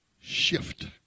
shift